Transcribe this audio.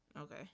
Okay